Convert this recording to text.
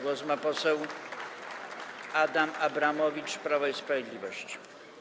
Głos ma poseł Adam Abramowicz, Prawo i Sprawiedliwość.